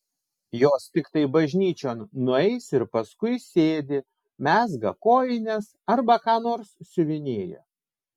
jos tiktai bažnyčion nueis ir paskui sėdi mezga kojines arba ką nors siuvinėja